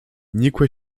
nikłe